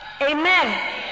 Amen